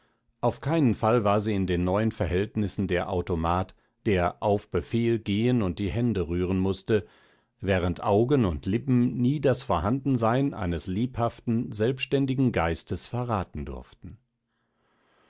auf keinen fall war sie in den neuen verhältnissen der automat der auf befehl gehen und die hände rühren mußte während augen und lippen nie das vorhandensein eines lebhaften selbständigen geistes verraten durften